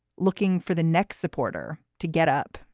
looking for the next supporter to get up,